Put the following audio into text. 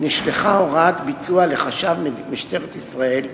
נשלחה הוראת ביצוע לחשב משטרת ישראל.